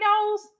knows